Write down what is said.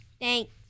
Thanks